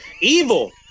evil